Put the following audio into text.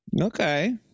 Okay